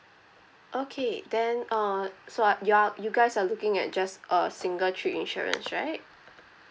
okay then uh so are you are you guys are looking at just a single trip insurance right